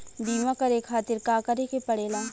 बीमा करे खातिर का करे के पड़ेला?